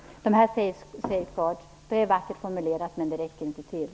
Det här med safeguards är vackert formulerat, men det räcker inte till.